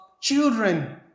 children